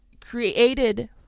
created